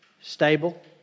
stable